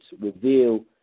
reveal